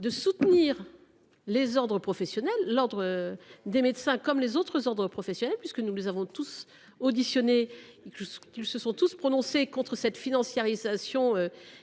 de soutenir l’ordre des médecins, comme les autres ordres professionnels – nous les avons tous auditionnés, et ils se sont tous prononcés contre cette financiarisation